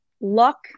luck